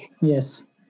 Yes